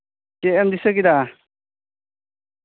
ᱪᱮᱫ ᱮᱢ ᱫᱤᱥᱟᱹ ᱠᱮᱫᱟ